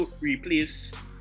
replace